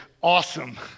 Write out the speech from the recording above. awesome